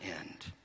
end